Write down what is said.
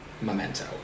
Memento